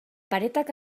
paretak